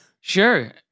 sure